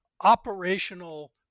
operational